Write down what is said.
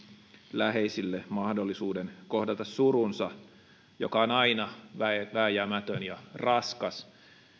läheisille mahdollisuuden kohdata surunsa joka on aina vääjäämätön ja raskas